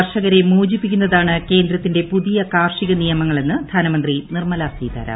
കർഷകരെ മോചിപ്പിക്കുന്നതാണ് കേന്ദ്രത്തിന്റെ പുതിയ കാർഷിക നിയമങ്ങളെന്ന് ധനമന്ത്രി നിർമ്മല സീതാരാമൻ